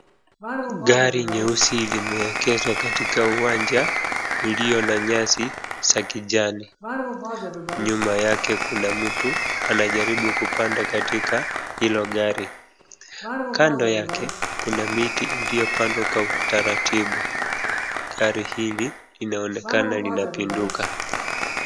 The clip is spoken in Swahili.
Gari nyeusi limeegeshwa katika uwanja ulio na nyasi za kijani. Nyuma yake kuna mtu anajaribu kupanda katika hilo gari. Kando yake kuna miti iliyopandwa kwa utaratibu. Gari hili linaonekana linapinduka.